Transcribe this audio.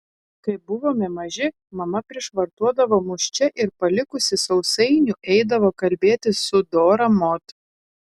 kai buvome maži mama prišvartuodavo mus čia ir palikusi sausainių eidavo kalbėtis su dora mod